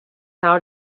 now